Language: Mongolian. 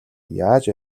яаж